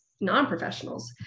non-professionals